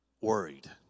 worried